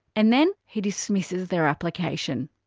and then, he dismisses their application.